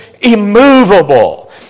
immovable